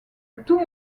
tout